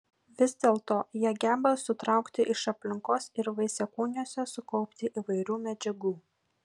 vis dėlto jie geba sutraukti iš aplinkos ir vaisiakūniuose sukaupti įvairių medžiagų